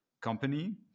company